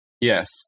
Yes